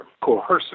coercive